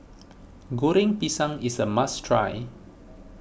Goreng Pisang is a must try